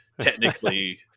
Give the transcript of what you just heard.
technically